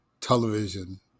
television